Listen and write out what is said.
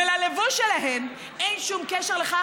וללבוש שלהן אין שום קשר לכך,